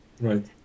Right